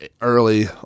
early